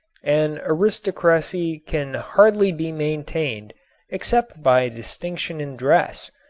an aristocracy can hardly be maintained except by distinction in dress,